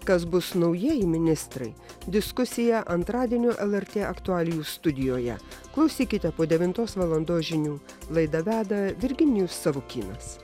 kas bus naujieji ministrai diskusija antradienio lrt aktualijų studijoje klausykite po devintos valandos žinių laidą veda virginijus savukynas